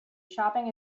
shopping